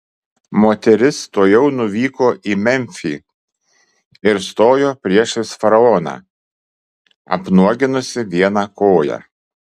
moteris tuojau nuvyko į memfį ir stojo priešais faraoną apnuoginusi vieną koją